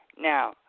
Now